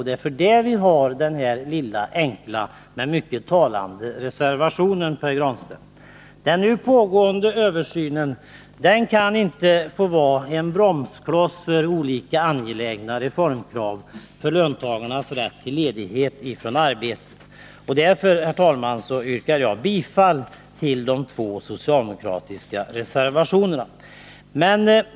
Det är därför vi har den lilla, enkla, men mycket talande reservationen, herr Granstedt. 43 Den nu pågående översynen kan inte få vara en bromskloss för olika angelägna reformkrav för löntagarnas rätt till ledighet från arbetet. Därför, herr talman, yrkar jag bifall till de två socialdemokratiska reservationerna.